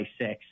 six